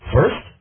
First